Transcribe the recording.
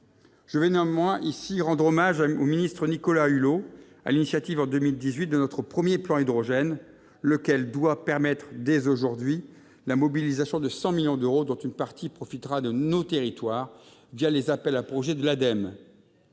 Je veux néanmoins rendre hommage, ici, au ministre Nicolas Hulot, à l'initiative, en 2018, de notre premier plan hydrogène, lequel doit permettre, dès aujourd'hui, la mobilisation de 100 millions d'euros, dont une partie profitera à nos territoires les appels à projets de l'Ademe,